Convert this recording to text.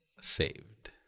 saved